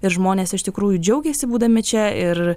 ir žmonės iš tikrųjų džiaugėsi būdami čia ir